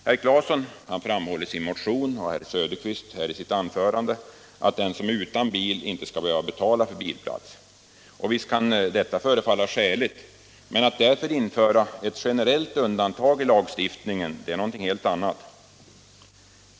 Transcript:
Herr Claeson menar i sin motion och herr Söderqvist i sitt anförande att den som är utan bil inte skall behöva betala för bilplats. Visst kan detta förefalla skäligt, men att därför införa ett generellt undantag i lagstiftningen är något helt annat.